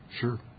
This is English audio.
sure